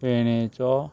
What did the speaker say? पेणेचो